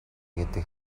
гэдэг